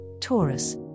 Taurus